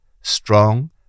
strong